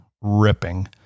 ripping